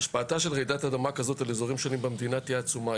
השפעתה של רעידת אדמה כזאת על אזורים שונים במדינה תהיה עצומה.